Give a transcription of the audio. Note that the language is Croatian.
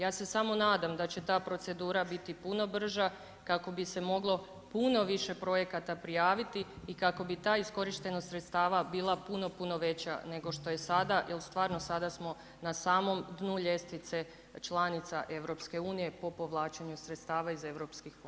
Ja se samo nadam da će ta procedura biti puno brža kako bi se moglo puno više projekata prijaviti i kako bi ta iskorištenost sredstava bila puno, puno veća nego što je sada jel stvarno sada smo na samom dnu ljestvice članica EU po povlačenju sredstava iz europskih fondova.